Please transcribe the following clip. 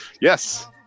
Yes